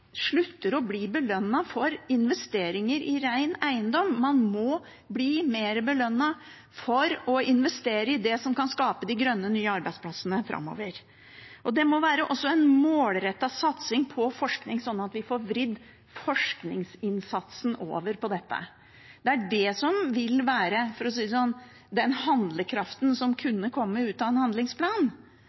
slutter å bli belønnet for investeringer i ren eiendom. Man må bli mer belønnet for å investere i det som kan skape de nye, grønne arbeidsplassene framover. Det må også være en målrettet satsing på forskning, slik at vi får vridd forskningsinnsatsen over på dette. Det er det som vil være, for å si det slik, den handlekraften som kunne komme ut av en handlingsplan.